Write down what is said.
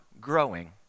growing